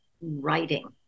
writing